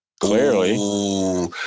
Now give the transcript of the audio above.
Clearly